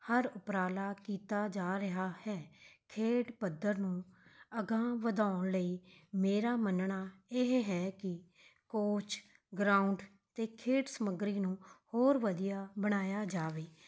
ਹਰ ਉਪਰਾਲਾ ਕੀਤਾ ਜਾ ਰਿਹਾ ਹੈ ਖੇਡ ਪੱਧਰ ਨੂੰ ਅਗਾਂਹ ਵਧਾਉਣ ਲਈ ਮੇਰਾ ਮੰਨਣਾ ਇਹ ਹੈ ਕਿ ਕੋਚ ਗਰਾਊਂਡ ਅਤੇ ਖੇਡ ਸਮੱਗਰੀ ਨੂੰ ਹੋਰ ਵਧੀਆ ਬਣਾਇਆ ਜਾਵੇ